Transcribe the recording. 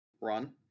Run